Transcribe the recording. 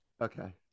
Okay